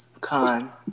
Con